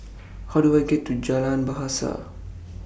How Do I get to Jalan Bahasa